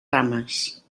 rames